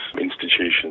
institutions